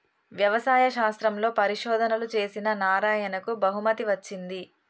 వ్యవసాయ శాస్త్రంలో పరిశోధనలు చేసిన నారాయణకు బహుమతి వచ్చింది